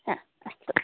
हा अस्तु